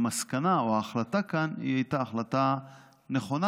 שהמסקנה או ההחלטה כאן הייתה החלטה נכונה,